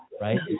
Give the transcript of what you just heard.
right